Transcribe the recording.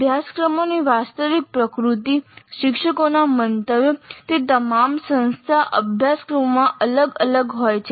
અભ્યાસક્રમોની વાસ્તવિક પ્રકૃતિ શિક્ષકોના મંતવ્યો તે તમામ સંસ્થા અભ્યાસક્રમોમાં અલગ અલગ હોય છે